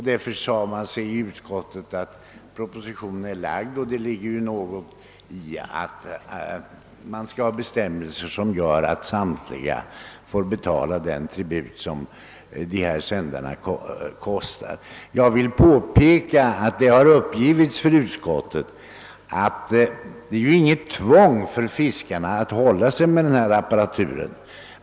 Därför sade vi oss i utskottet att det ligger något i tanken att ha bestämmelser som gör att samtliga innehavare får betala en tribut till kostnaderna för de här sändarna. Det har uppgivits för utskottet att det inte är något tvång för fiskarna att hålla sig med denna apparatur.